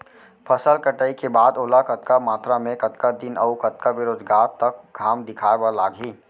फसल कटाई के बाद ओला कतका मात्रा मे, कतका दिन अऊ कतका बेरोजगार तक घाम दिखाए बर लागही?